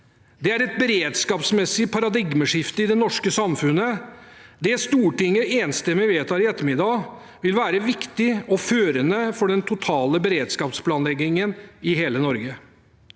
Det er et beredskapsmessig paradigmeskifte i det norske samfunnet. Det Stortinget enstemmig vedtar i ettermiddag, vil være viktig og førende for den totale beredskapsplanleggingen i hele Norge.